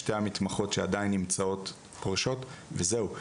שתי המתמחות שעדיין נמצאות פורשות וזהו.